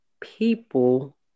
people